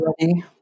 ready